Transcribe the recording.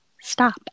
stop